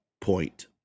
point